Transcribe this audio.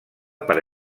per